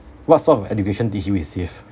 what sort of education did he receive